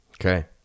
Okay